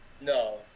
no